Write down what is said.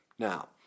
Now